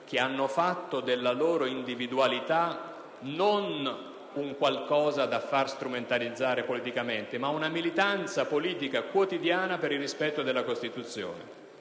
che hanno fatto della loro individualità non qualcosa da far strumentalizzare politicamente, ma una militanza politica quotidiana per il rispetto della Costituzione